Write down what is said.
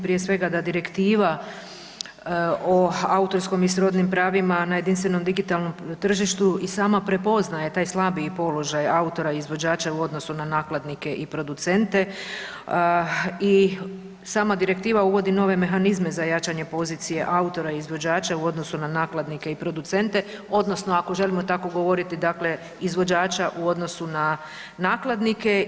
Prije svega ta direktiva o autorskom i srodnim pravima na jedinstvenom digitalnom tržištu i sama prepoznaje taj slabiji položaj autora izvođača u odnosu na nakladnike i producente i sama direktiva uvodi nove mehanizme za jačanje pozicije autora izvođača u odnosu na nakladnike i producente, odnosno ako želimo tako govoriti dakle izvođača u odnosu na nakladnike.